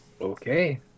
Okay